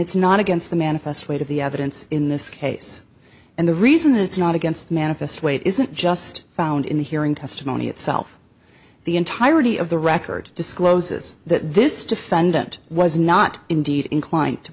it's not against the manifest weight of the evidence in this case and the reason it's not against manifest weight isn't just found in the hearing testimony itself the entirety of the record discloses that this defendant was not indeed inclined to